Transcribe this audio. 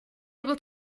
able